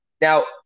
Now